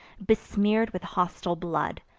besmear'd with hostile blood,